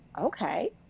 okay